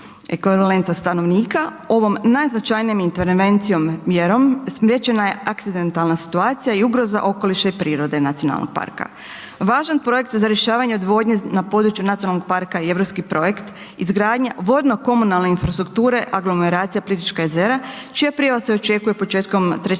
ekvivalenta stanovnika ovom najznačajnijom .../Govornik se ne razumije./... mjerom spriječena je akcidentalna situacija i ugroza okoliša i prirode nacionalnog parka. Važan projekt za rješavanje odvodnje na području nacionalnog parka je europski projekt izgradnje vodno komunalne infrastrukture aglomeracije Plitvička jezera čija prijava se očekuje početkom trećeg